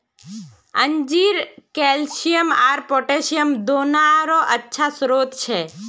अंजीर कैल्शियम आर पोटेशियम दोनोंरे अच्छा स्रोत छे